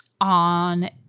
on